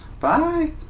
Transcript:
Bye